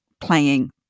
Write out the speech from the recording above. playing